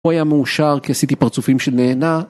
הוא היה מאושר כי עשיתי פרצופים שנהנה